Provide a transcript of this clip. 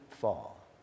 fall